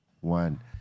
one